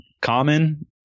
common